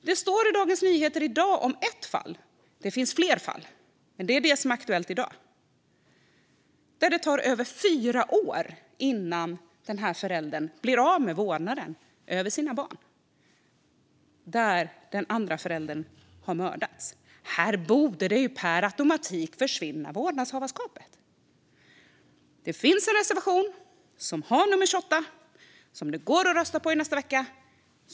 Det står i Dagens Nyheter i dag om ett fall - det finns fler, men det är det som är aktuellt i dag - där den andra föräldern hade mördats och det tog över fyra år innan föräldern blev av med vårdnaden om sina barn. Här borde ju vårdnadsinnehavet per automatik försvinna. Det finns en reservation som har nummer 28 och som det går att rösta på i nästa vecka.